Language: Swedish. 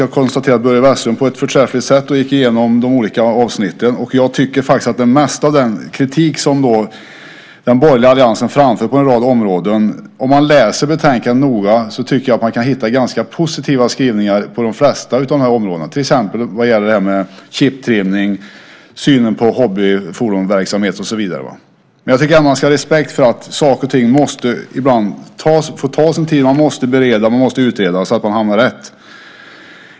Jag konstaterar att Börje Vestlund på ett förträffligt sätt gick igenom de olika avsnitten. När det gäller det mesta av den kritik som den borgerliga alliansen framför på en rad områden tycker jag att man kan hitta ganska positiva skrivningar på de flesta områden om man läser betänkandet noga, till exempel vad gäller chiptrimning, synen på hobbyfordonsverksamhet och så vidare. Jag tycker att man ska ha respekt för att saker och ting ibland måste få ta sin tid, att man måste bereda och utreda, så att man hamnar rätt.